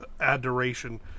adoration